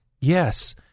yes